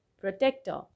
protector